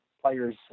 players